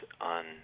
on